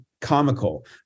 comical